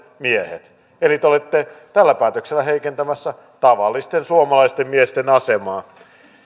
miehet eli te olette tällä päätöksellä heikentämässä tavallisten suomalaisten miesten asemaa